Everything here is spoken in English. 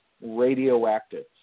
radioactive